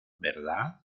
verdad